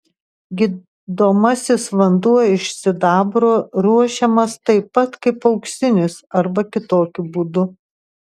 gydomasis vanduo iš sidabro ruošiamas taip pat kaip auksinis arba kitokiu būdu